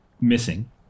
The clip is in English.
missing